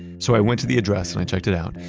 so i went to the address, and i checked it out.